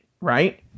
Right